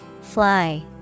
Fly